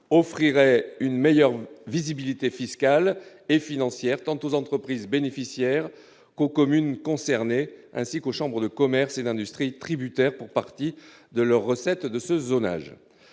offrirait une meilleure visibilité fiscale et financière, tant aux entreprises bénéficiaires qu'aux communes concernées ainsi qu'aux chambres de commerce et d'industrie tributaire pour partie de leurs recettes de ce zonage,